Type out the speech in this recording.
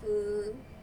mm